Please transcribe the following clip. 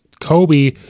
Kobe